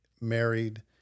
married